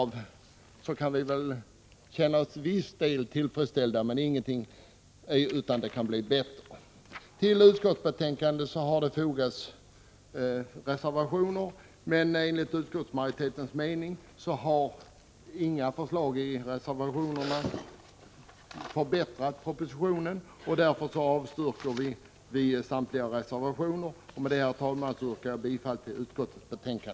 Vi kan därför känna oss till viss del tillfredsställda, men ingenting är ju så bra att det inte kan bli bättre. Till utskottsbetänkandet har fogats reservationer, men enligt utskottsmajoritetens mening är inga av förslagen i reservationerna bättre än de som framförs i propositionen. Och därför avstyrker vi samtliga reservationer. Herr talman! Med det anförda yrkar jag bifall till utskottets hemställan.